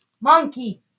Monkey